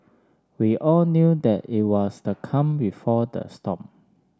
we all knew that it was the calm before the storm